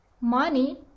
money